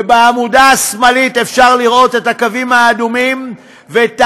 ובעמודה השמאלית אפשר לראות את הקווים האדומים ואת